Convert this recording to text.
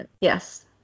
Yes